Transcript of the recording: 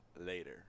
later